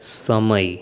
સમય